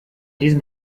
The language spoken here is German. diesem